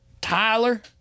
Tyler